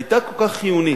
היתה כל כך חיונית?